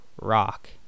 rock